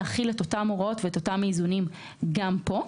להחיל את אותן הוראות ואת אותם איזונים גם פה.